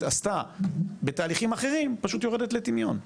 עשתה בתהליכים אחרים פשוט יורדת לטמיון.